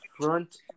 front